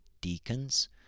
deacons